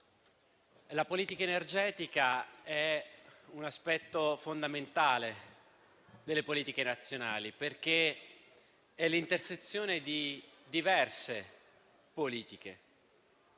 la politica energetica è un aspetto fondamentale delle politiche nazionali, perché è l'intersezione di diverse politiche.